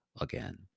again